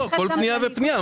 לכל פנייה ופנייה.